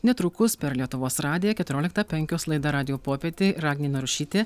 netrukus per lietuvos radiją keturiolikta penkios laida radijo popietė ir agnė narušytė